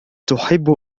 تحب